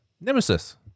nemesis